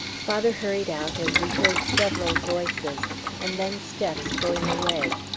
father hurried out, and we heard several voices and then steps going away.